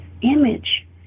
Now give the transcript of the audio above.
image